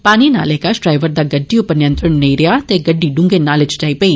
पानी नाले कश ड्राइवर दा गड्डी उप्पर नियंत्रण नेंई रेआ ते गड्डी दूंगे नाले च जाई पेई